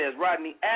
Rodney